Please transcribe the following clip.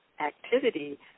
activity